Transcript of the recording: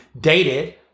dated